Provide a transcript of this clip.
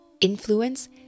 influence